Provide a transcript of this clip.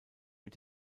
mit